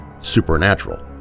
supernatural